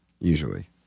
usually